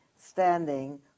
standing